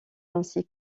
ainsi